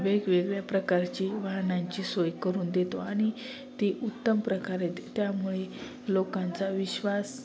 वेगवेगळ्या प्रकारची वाहनांची सोय करून देतो आणि ती उत्तम प्रकारे द त्यामुळे लोकांचा विश्वास